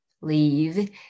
leave